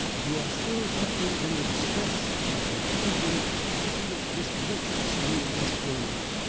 you are still suffering from the distress and confusion into which this wretched swoon has thrown you.